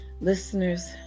Listeners